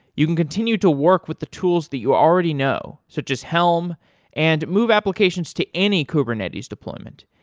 you can continue to work with the tools that you already know, such as helm and move applications to any kubernetes deployment.